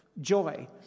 Joy